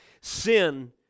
sin